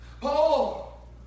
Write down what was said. Paul